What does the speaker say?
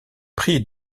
prix